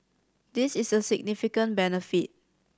this is a significant benefit